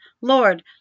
Lord